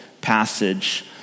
passage